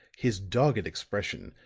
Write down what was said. his dogged expression,